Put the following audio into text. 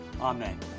Amen